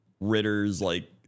Ritters-like